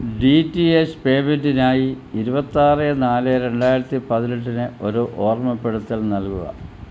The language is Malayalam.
ഡി ടി എച്ച് പേയ്മെന്റിനായി ഇരുപത്താറ് നാല് രണ്ടായിരത്തി പതിനെട്ടിന് ഒരു ഓർമ്മപ്പെടുത്തൽ നൽകുക